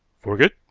forget?